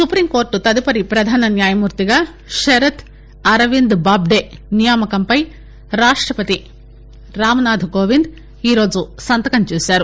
supreme court తదుపరి ప్రధాన న్యాయమూర్తిగా శరత్ అరవింద్ బాబ్దే నియామకంపై రాష్టపతి రాంనాథ్కోవింద్ ఈ రోజు సంతకం చేశారు